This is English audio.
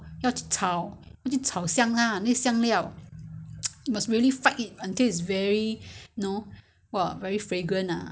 so so are you are you prepare to you know make the effort are you prepared if you are really prepare to make the effort then you can buy all ingredi~ and cook